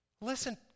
Listen